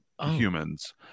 humans